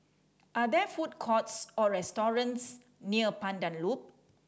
are there food courts or restaurants near Pandan Loop